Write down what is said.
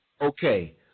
Okay